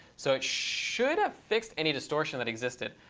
so it should have fixed any distortion that existed.